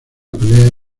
pelea